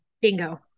Bingo